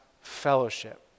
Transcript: fellowship